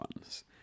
ones